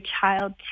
child